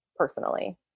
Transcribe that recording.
personally